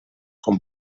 com